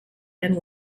and